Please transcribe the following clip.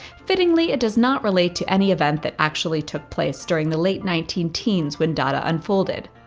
fittingly, it does not relate to any event that actually took place during the late nineteen teens, when dada unfolded.